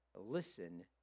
listen